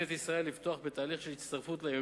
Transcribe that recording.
את ישראל לפתוח בתהליך של הצטרפות לארגון.